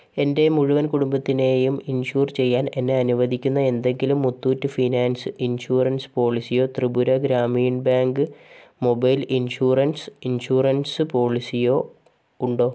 എൻ്റെ മുഴുവൻ കുടുംബത്തിനെയും ഇൻഷുർ ചെയ്യാൻ എന്നെ അനുവദിക്കുന്ന എന്തെങ്കിലും മുത്തൂറ്റ് ഫിനാൻസ് ഇൻഷുറൻസ് പോളിസിയോ Tripura Gramin bank mobile insurance insurance പോളിസിയോ ഉണ്ടോ